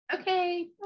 Okay